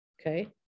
Okay